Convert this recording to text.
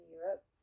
Europe